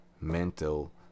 mental